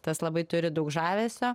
tas labai turi daug žavesio